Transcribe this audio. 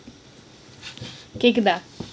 கேக்குதா:keakutha